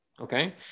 Okay